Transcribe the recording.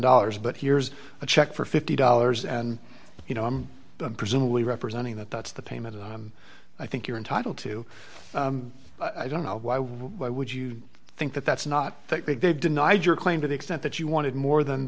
dollars but here's a check for fifty dollars and you know i'm done presumably representing that that's the payment on i think you're entitled to i don't know why why why would you think that that's not that big they denied your claim to the extent that you wanted more than